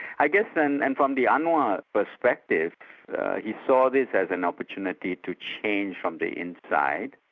i guess then and from the anwar perspective he saw this as an opportunity to change from the inside,